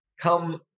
come